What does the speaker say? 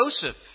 Joseph